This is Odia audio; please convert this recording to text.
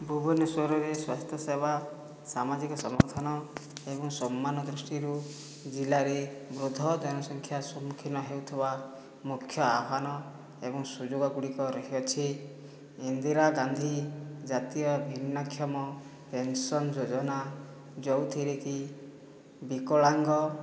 ଭୁବନେଶ୍ଵରରେ ସ୍ୱାସ୍ଥ୍ୟ ସେବା ସାମାଜିକ ସମର୍ଥନ ଏବଂ ସମ୍ମାନ ଦୃଷ୍ଟିରୁ ଜିଲ୍ଲାରେ ବୃଦ୍ଧ ଜନସଂଖ୍ୟା ସମ୍ମୁଖୀନ ହେଉଥିବା ମୁଖ୍ୟ ଆହ୍ଵାନ ଏବଂ ସୁଯୋଗଗୁଡ଼ିକ ରହିଅଛି ଇନ୍ଦିରା ଗାନ୍ଧୀ ଜାତୀୟ ଭିନ୍ନକ୍ଷମ ପେନସନ୍ ଯୋଜନା ଯେଉଁଥିରେକି ବିକଳାଙ୍ଗ